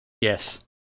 Yes